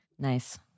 Nice